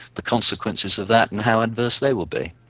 the consequences of that and how adverse they will be.